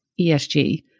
ESG